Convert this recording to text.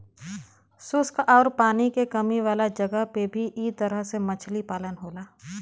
शुष्क आउर पानी के कमी वाला जगह पे भी इ तरह से मछली पालन होला